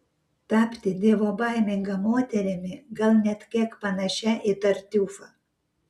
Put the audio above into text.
tapti dievobaiminga moterimi gal net kiek panašia į tartiufą